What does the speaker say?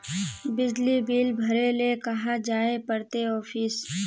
बिजली बिल भरे ले कहाँ जाय पड़ते ऑफिस?